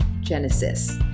Genesis